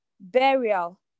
burial